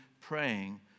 praying